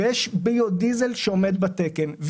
ויש ביו-דיזל שעומד בתקן.